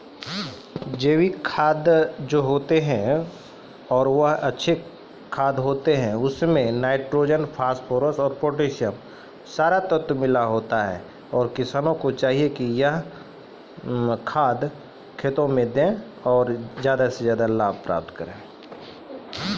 एहनो खादो के रुपो मे नाइट्रोजन, फास्फोरस या पोटाशियम के आपूर्ति करलो जाय छै